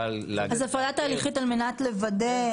--- הפרדה תהליכית על מנת לוודא.